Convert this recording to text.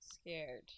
scared